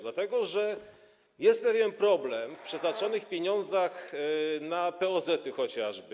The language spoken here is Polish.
Dlatego że jest pewien problem w przeznaczonych pieniądzach, na POZ chociażby.